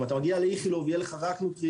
אם אתה מגיע לאיכילוב יהיה לך רק סימילאק,